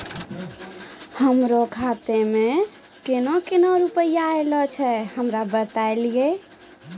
हमरो खाता मे केना केना रुपैया ऐलो छै? हमरा बताय लियै?